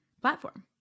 platform